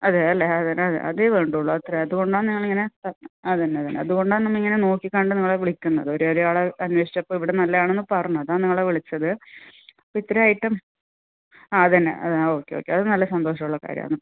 അതെയല്ലേ അതെ അതെ വേണ്ടുള്ളൂ അത്ര അതുകൊണ്ടാണ് ഞങ്ങളിങ്ങനെ അതെ അതുതന്നെ അതുകൊണ്ടാണ് നമ്മൾ ഇങ്ങനെ നോക്കി കണ്ട് നിങ്ങളെ വിളിക്കുന്നത് ഒരാളെ അന്വേഷിച്ചപ്പോൾ ഇവിടെ നല്ലതാണെന്ന് പറഞ്ഞു അതാണ് നിങ്ങളെ വിളിച്ചത് അപ്പം ഇത്ര ഐറ്റം ആ അതുതന്നെ ആ ഓക്കെ ഓക്കെ അത് നല്ല സന്തോഷമുള്ള കാര്യമാണ്